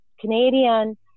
Canadian